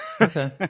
Okay